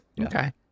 Okay